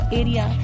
area